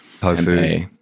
tofu